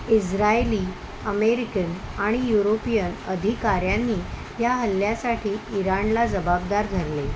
Israeli American आणि European अधिकाऱ्यांनी या हल्ल्यासाठी इराणला जबाबदार धरले